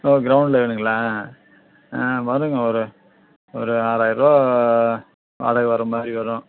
ஓ க்ரௌண்ட்டில் வேணுங்களா ஆ வருங்க வரும் ஒரு ஆறாயிரூபா வாடகை வர மாதிரி வரும்